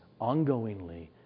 ongoingly